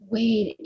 Wait